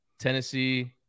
Tennessee